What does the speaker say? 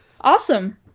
Awesome